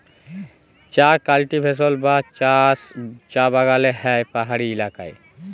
চাঁ কাল্টিভেশল বা চাষ চাঁ বাগালে হ্যয় পাহাড়ি ইলাকায়